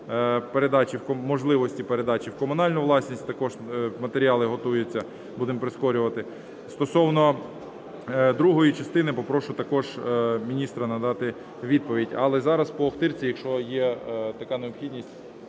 можливості передачі у комунальну власність, також матеріали готуються, будемо прискорювати. Стосовно другої частини попрошу також міністра надати відповідь. Але зараз по Охтирці, якщо є така необхідність,